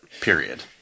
period